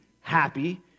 happy